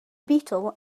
beetle